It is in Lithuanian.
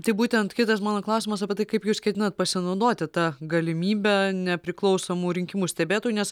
tai būtent kitas mano klausimas apie tai kaip jūs ketinat pasinaudoti ta galimybe nepriklausomų rinkimų stebėtojų nes